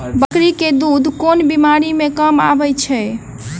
बकरी केँ दुध केँ बीमारी मे काम आबै छै?